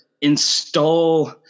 install